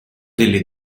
delle